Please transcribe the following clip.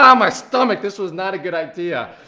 um my stomach! this was not a good idea.